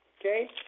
okay